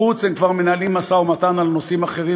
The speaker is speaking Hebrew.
בחוץ הם כבר מנהלים משא-ומתן על נושאים אחרים,